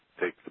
take